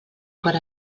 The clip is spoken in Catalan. per